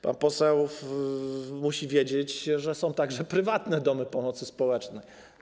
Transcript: Pan poseł musi wiedzieć, że są także prywatne domy pomocy społecznej.